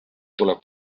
tuleb